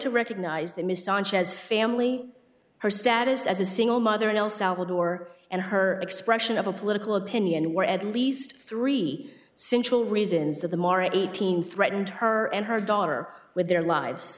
to recognize they missed on chaz family her status as a single mother in el salvador and her expression of a political opinion where at least three simple reasons to them are eighteen threatened her and her daughter with their lives